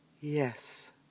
yes